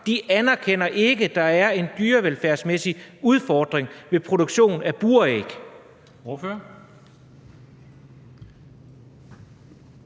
ikke anerkender, at der er en dyrevelfærdsmæssig udfordring ved produktion af buræg.